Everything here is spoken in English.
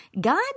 God